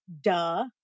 duh